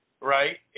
right